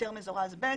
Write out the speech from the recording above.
בהיתר מזורז ב',